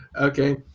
Okay